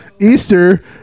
Easter